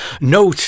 Note